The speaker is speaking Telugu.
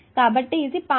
కాబట్టి ఇది 0